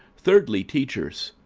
thirdly teachers,